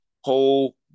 whole